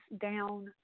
down